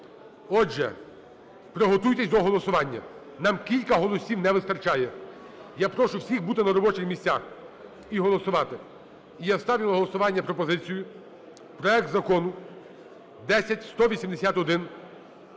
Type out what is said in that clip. Отже, приготуйтесь до голосування. Нам кілька голосів не вистачає. Я прошу всіх бути на робочих місцях і голосувати. І я ставлю на голосування пропозицію: проект Закону 10181